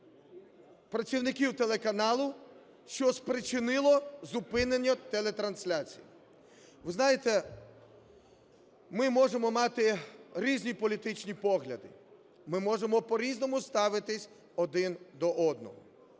працівників телеканалу, що спричинило зупинення телетрансляції. Ви знаєте, ми можемо мати різні політичні погляди, ми можемо по-різному ставитись один до одного,